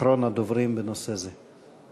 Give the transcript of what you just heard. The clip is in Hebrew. אחרון הדוברים בנושא זה.